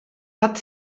hat